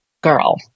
girl